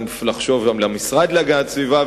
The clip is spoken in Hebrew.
או אפשר לחשוב גם המשרד להגנת הסביבה.